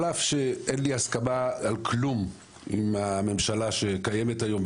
על אף שאין לי הסכמה על כלום עם הממשלה שקיימת היום,